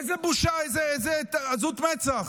איזה יהודי,